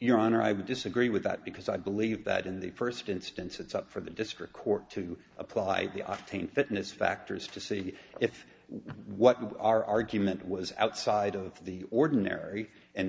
your honor i would disagree with that because i believe that in the first instance it's up for the district court to apply the octane fitness factors to see if what you are argument was outside of the ordinary an